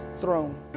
throne